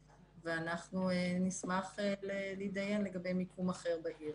ואנחנו נשמח להתדיין לגבי מיקום אחר בעיר.